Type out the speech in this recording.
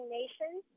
nations